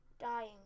dying